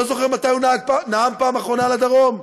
לא זוכר מתי הוא נאם פעם אחרונה על הדרום.